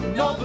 no